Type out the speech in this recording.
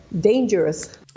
dangerous